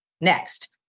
Next